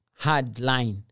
Hardline